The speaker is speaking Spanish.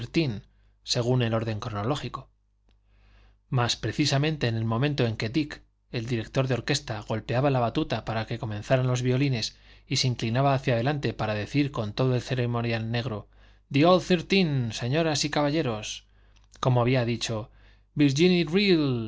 según el orden cronológico mas precisamente en el momento en que dick el director de orquesta golpeaba la batuta para que comenzaran los violines y se inclinaba hacia adelante para decir con todo el ceremonial negro the old thirteen señoras y caballeros como había dicho